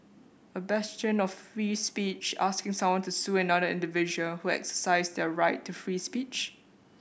a bastion of free speech asking someone to sue another individual who exercised their right to free speech